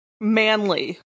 Manly